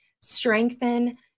strengthen